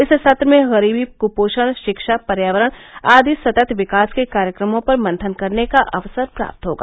इस सत्र में गरीबी क्पोषण रिक्षा पर्यावरण आदि सतत् विकास के कार्यक्रमों पर मंथन करने का अवसर प्राप्त होगा